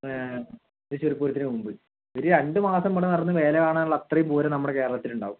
ആ തൃശ്ശൂർ പൂരത്തിന് മുമ്പ് ഒരു രണ്ട് മാസം ഇവിടെ നടന്ന് വേല കാണാനുള്ള അത്രയും പൂരം നമ്മുടെ കേരളത്തിലുണ്ടാവും